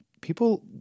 People